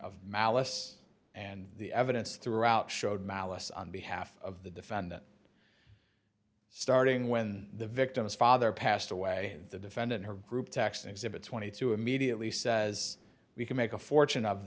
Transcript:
of malice and the evidence throughout showed malice on behalf of the defendant starting when the victim's father passed away the defendant her group text exhibit twenty two dollars immediately says we can make a fortune of